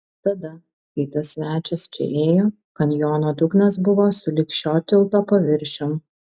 tada kai tas svečias čia ėjo kanjono dugnas buvo sulig šio tilto paviršium